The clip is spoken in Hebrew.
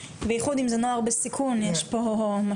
ביחוד אם זה נוער בסיכון, יש פה משמעויות.